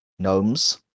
Gnomes